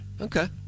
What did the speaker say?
Okay